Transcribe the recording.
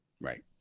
right